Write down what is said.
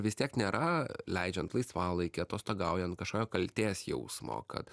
vis tiek nėra leidžiant laisvalaikį atostogaujant kažkokio kaltės jausmo kad